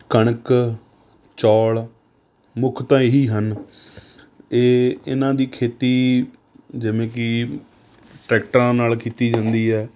ਕਣਕ ਚੌਲ਼ ਮੁੱਖ ਤਾਂ ਇਹੀ ਹਨ ਇਹ ਇਹਨਾਂ ਦੀ ਖੇਤੀ ਜਿਵੇਂ ਕਿ ਟਰੈਕਟਰਾਂ ਨਾਲ ਕੀਤੀ ਜਾਂਦੀ ਹੈ